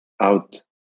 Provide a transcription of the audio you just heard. out